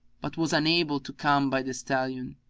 but was unable to come by the stallion,